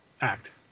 act